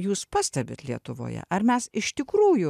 jūs pastebit lietuvoje ar mes iš tikrųjų